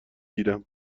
گیرم